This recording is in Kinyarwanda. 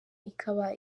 ikaba